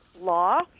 law